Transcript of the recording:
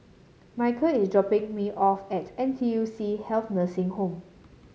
Micheal is dropping me off at N T U C Health Nursing Home